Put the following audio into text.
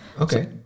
Okay